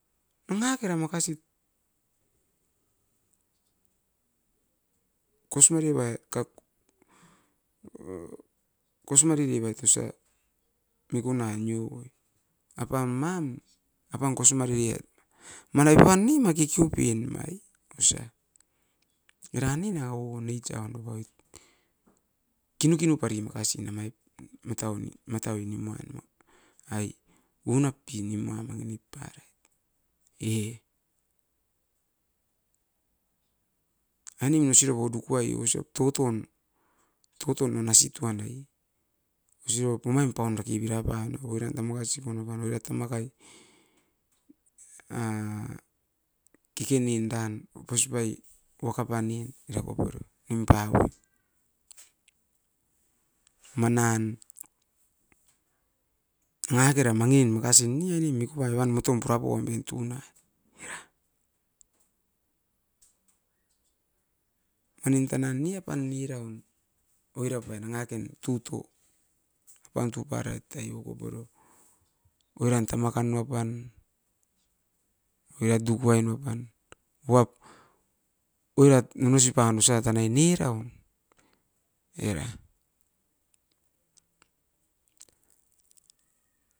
Nanga kera makasit, kosmari vai kat, kosmari revait osa mikuna niovoi, apam mam, apan kosimari riet manai pan ne, ma keke oupen nuai osa. Eran ne nanga o neitsa(nature) onovoit, kinu-kinu pari makasin amait, matau ni matau i nimai-nima ai unap pi nimua mangi nip parait e. Ainemin osirabo dukuai o isop toton, tokoton o nasit uan nai, osi rop omain paun dake bira pamioko, oiran tamakasi koina pani oirat tamakai. A keke nindan oposipai wakap anien era koporio nimpa'oit. Manan nanga kera mangin makasin ne aine miku ai uan motom pura pauamin tun a, eram. Anim tanan nia pan niraun, oirapai nanga ken tuto apan tu parait ai okoporio. Oiran tamakan wapan, oirat dukuai nu apan. Ouap, oirat nomosi pan osa tanai niraun, era.